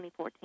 2014